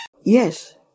Yes